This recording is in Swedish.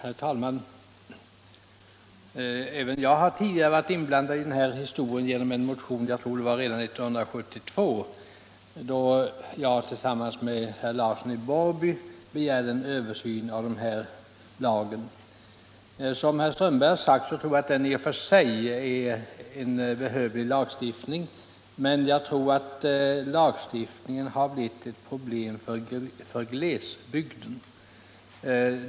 Herr talman! Även jag har tidigare varit inblandad i den här historien genom en motion. Jag tror det var redan 1972, då jag tillsammans med herr Larsson i Borrby begärde en översyn av renhållningslagen. Jag tror liksom herr Strömberg i Botkyrka att lagstiftningen i och för sig är behövlig, men jag anser att den blivit ett problem för glesbygden.